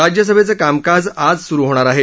राज्यसभैचं कामकाज आज सुरू होणार आहे